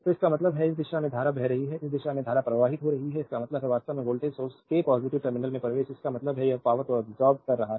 तो इसका मतलब है इस दिशा में धारा बह रही है इस दिशा में धारा प्रवाहित हो रही है इसका मतलब है वास्तव में वोल्टेज सोर्स के पॉजिटिव टर्मिनल में प्रवेश इसका मतलब है यह पावरको अब्सोर्बेद कर रहा है